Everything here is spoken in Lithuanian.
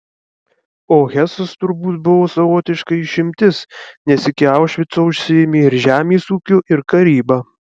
o hesas turbūt buvo savotiška išimtis nes iki aušvico užsiėmė ir žemės ūkiu ir karyba